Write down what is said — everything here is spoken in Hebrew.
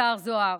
השר זוהר?